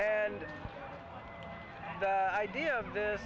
and the idea of this